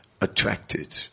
attracted